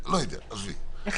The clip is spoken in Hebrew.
תודה רבה.